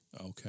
okay